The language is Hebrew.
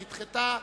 לא נתקבלה.